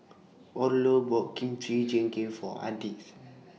Orlo bought Kimchi Jjigae For Ardith